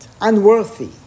Unworthy